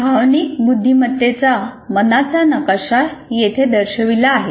भावनिक बुद्धिमत्तेचा मनाचा नकाशा येथे दर्शविला आहे